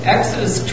Exodus